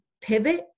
pivot